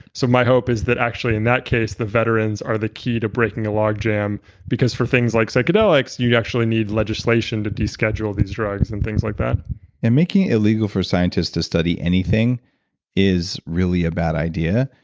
so my hope is that actually in that case the veterans are the key to breaking the logjam because for things like psychedelics, you actually need legislation to de-schedule these drugs and things like that and making it illegal for scientist to study anything is really a bad idea,